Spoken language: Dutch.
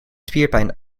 spierpijn